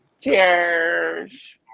Cheers